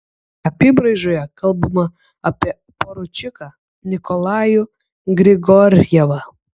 apybraižoje kalbama apie poručiką nikolajų grigorjevą